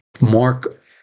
Mark